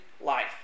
life